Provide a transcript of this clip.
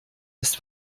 ist